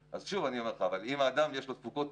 בעצם הצד השני של הסיפור זה המעסיקים,